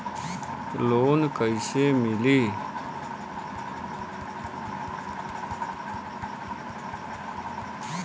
Loan कईसे मिली?